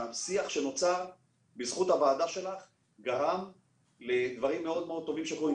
השיח שנוצר בזכות ועדת הבריאות גרם לדברים מאוד מאוד טובים שקורים,